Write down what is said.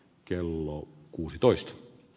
kello kuusitoista p